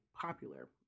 popular